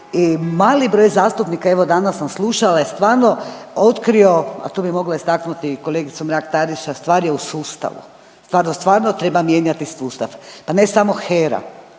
i mali broj zastupnika, evo danas sam slušala je stvarno otkrio, a tu bi mogla istaknuti i kolegicu Mrak Taritaš stvar je u sustavu. Stvarno treba mijenjati sustav. Pa ne samo HERA